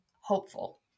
hopeful